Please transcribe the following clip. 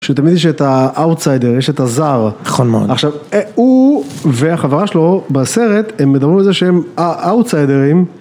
שתמיד יש את outsider, יש את הזר. נכון מאוד. עכשיו, הוא והחברה שלו בסרט, הם מדברים על זה שהם האאוטסיידרים.